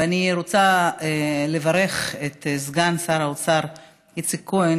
ואני רוצה לברך את סגן שר האוצר איציק כהן,